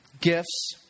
gifts